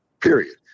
period